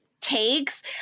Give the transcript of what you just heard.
takes